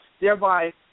thereby